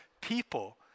people